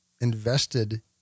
invested